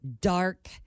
dark